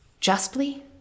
justly